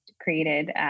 created